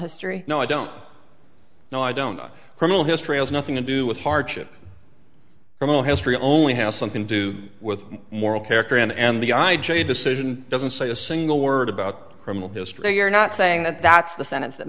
history no i don't know i don't criminal history has nothing to do with hardship criminal history only has something to do with moral character and the i j a decision doesn't say a single word about criminal history you're not saying that that's the sentence that